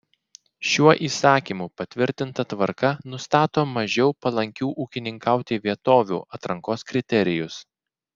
šiuo įsakymu patvirtinta tvarka nustato mažiau palankių ūkininkauti vietovių atrankos kriterijus